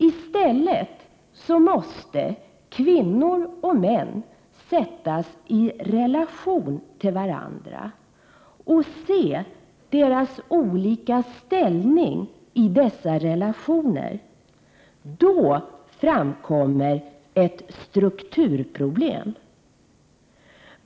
I stället måste man sätta kvinnor och män i relation till varandra och se deras olika ställning i dessa relationer. Då framkommer ett strukturproblem.